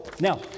Now